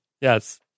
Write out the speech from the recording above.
Yes